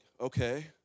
Okay